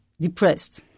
depressed